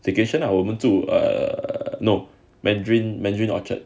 staycation lah 我们住 err no mandarin mandarin orchard